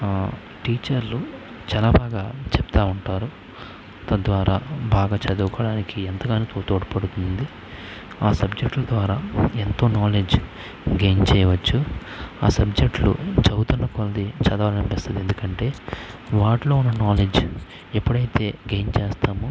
టీచర్లు చాలా బాగా చెప్తు ఉంటారు తద్వారా బాగా చదువుకోవటానికి ఎంతగానో తొ తోడ్పడుతుంది ఆ సబ్జెట్ల ద్వారా ఎంతో నాలెడ్జ్ గైన్ చేయవచ్చు ఆ సబ్జెట్లు చదువుతున్న కొలది చదవాలి అనిపిస్తుంది ఎందుకంటే వాటిలో వున్న నాలెడ్జ్ ఎప్పుడు అయితే గైన్ చేస్తామో